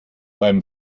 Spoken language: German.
beim